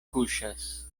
kuŝas